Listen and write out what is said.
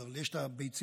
אבל יש את הביצים